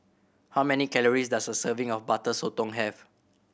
how many calories does a serving of Butter Sotong have